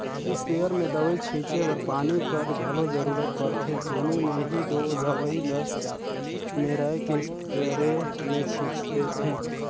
sprayer में दवई छींचे बर पानी कर घलो जरूरत परथे पानी में ही दो दवई ल मेराए के इस्परे मे छींचथें